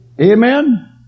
Amen